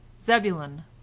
Zebulun